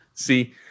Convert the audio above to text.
See